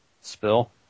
Spill